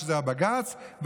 זה בג"ץ,